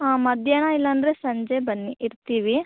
ಹಾಂ ಮಧ್ಯಾಹ್ನ ಇಲ್ಲ ಅಂದರೆ ಸಂಜೆ ಬನ್ನಿ ಇರ್ತೀವಿ